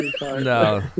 No